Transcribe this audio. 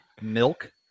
milk